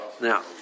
Now